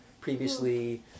Previously